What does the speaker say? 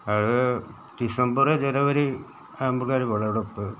അത് ഡിസംബർ ജനുവരി ആകുമ്പോളാണ് അതിന് വിളവെടുപ്പ്